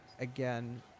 again